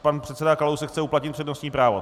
Pan předseda Kalousek chce uplatnit přednostní právo?